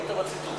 טעית בציטוט.